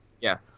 yes